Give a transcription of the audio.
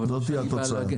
זו תהיה התוצאה.